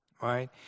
Right